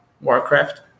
Warcraft